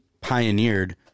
pioneered